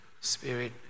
spirit